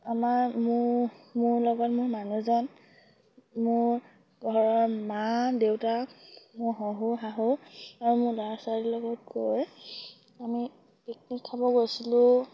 আমাৰ মোৰ মোৰ লগত মোৰ মানুহজন মোৰ ঘৰৰ মা দেউতা মোৰ শহুৰ শাহু আৰু মোৰ ল'ৰা ছোৱালীৰ লগত গৈ আমি পিকনিক খাব গৈছিলোঁ